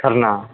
खरना